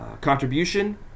contribution